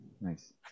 Nice